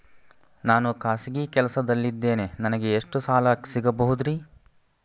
ನಾನು ಖಾಸಗಿ ಕೆಲಸದಲ್ಲಿದ್ದೇನೆ ನನಗೆ ಎಷ್ಟು ಸಾಲ ಸಿಗಬಹುದ್ರಿ?